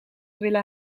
willen